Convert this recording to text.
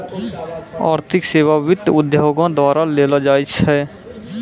आर्थिक सेबा वित्त उद्योगो द्वारा देलो जाय छै